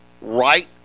right